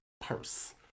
purse